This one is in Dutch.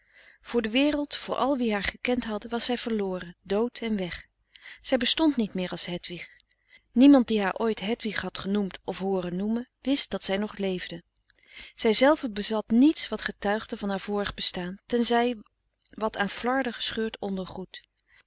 voor de wereld voor al wie haar gekend hadden was zij verloren dood en weg zij bestond niet meer als hedwig niemand die haar ooit hedwig had genoemd of hooren noemen wist dat zij nog leefde zij zelve bezat niets wat gefrederik van eeden van de koele meren des doods tuigde van haar vorig bestaan tenzij wat aan flarden gescheurd ondergoed